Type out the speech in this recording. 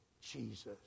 Jesus